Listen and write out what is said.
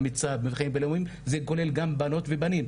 זה כולל גם בנות ובנים,